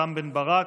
רם בן ברק,